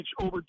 over